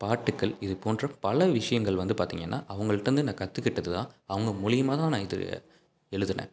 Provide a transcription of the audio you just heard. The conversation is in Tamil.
பாட்டுக்கள் இது போன்ற பல விஷயங்கள் வந்து பார்த்திங்கனா அவங்கள்கிட்டேந்து நான் கற்றுக்கிட்டதுதான் அவங்க மூலியமாக தான் நான் இது எழுதுனேன்